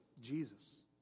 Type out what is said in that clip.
Jesus